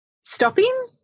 stopping